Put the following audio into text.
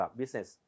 business